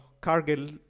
Cargill